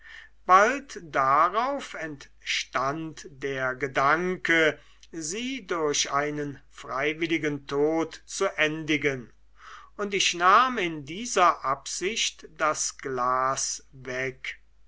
bald darauf entstand der gedanke sie durch einen freiwilligen tod zu endigen und ich nahm in dieser absicht das glas hinweg